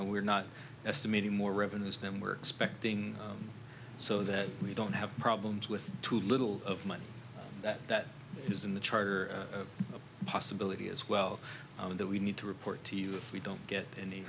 know we're not estimating more revenues them we're expecting so that we don't have problems with too little of money that that is in the charter of possibility as well that we need to report to you if we don't get any